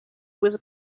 was